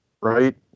Right